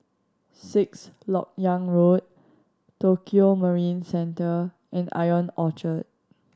Sixth Lok Yang Road Tokio Marine Centre and Ion Orchard